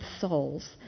souls